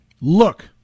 look